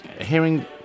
hearing